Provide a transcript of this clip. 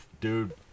Dude